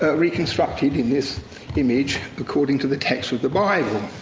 ah reconstructed in this image according to the text of the bible.